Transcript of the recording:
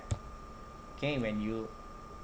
okay when you